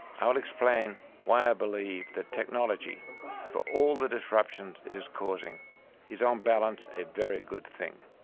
i will explain why i believe that technology for all the disruptions it is causing is on balance a very good thing.